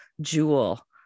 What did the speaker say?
jewel